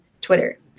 Twitter